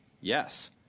Yes